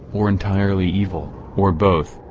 or entirely evil, or both,